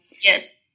Yes